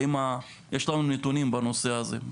האם יש לנו נתונים בנושא הזה?